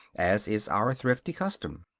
as is our thrifty custom.